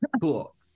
Cool